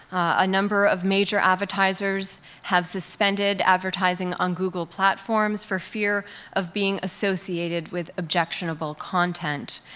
a number of major advertisers have suspended advertising on google platforms for fear of being associated with objectionable content.